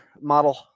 model